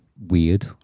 weird